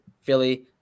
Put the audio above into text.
Philly